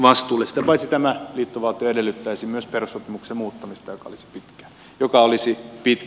sitä paitsi tämä liittovaltio edellyttäisi myös perussopimuksen muuttamista joka olisi pitkä tie